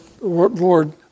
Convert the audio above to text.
Lord